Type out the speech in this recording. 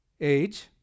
age